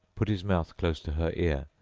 put his mouth close to her ear,